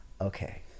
okay